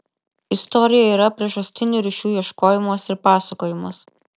istorija yra priežastinių ryšių ieškojimas ir pasakojimas